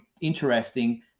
interesting